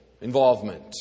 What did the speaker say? involvement